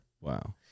wow